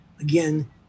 again